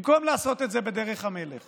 במקום לעשות את זה בדרך המלך